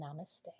Namaste